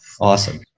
Awesome